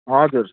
हजुर